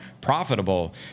profitable